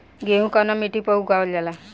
गेहूं कवना मिट्टी पर उगावल जाला?